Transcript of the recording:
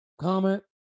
Comment